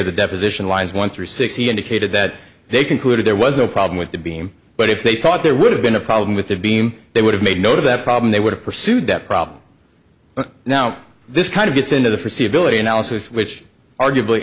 the deposition lines one through six he indicated that they concluded there was no problem with the beam but if they thought there would have been a problem with the beam they would have made note of that problem they would have pursued that problem now this kind of gets into the forsee a billet analysis which arguably